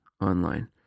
online